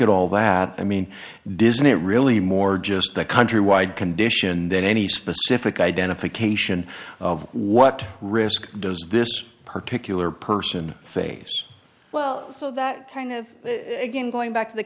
at all that i mean does not really more just the countrywide condition than any specific identification of what risk does this particular person face well so that kind of again going back t